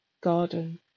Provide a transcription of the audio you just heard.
garden